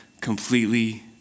completely